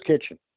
Kitchen